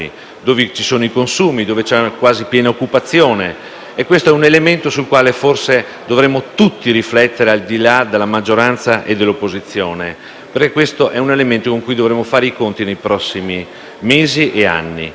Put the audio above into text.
dove i consumi ci sono e dove c'è quasi piena occupazione. E questo è un elemento sul quale, forse, dovremmo tutti riflettere, al di là della maggioranza e dell'opposizione, perché con esso dovremo fare tutti i conti nei prossimi mesi e anni.